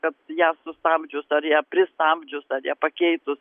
kad ją sustabdžius ar ją pristabdžius ar ją pakeitus